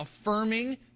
affirming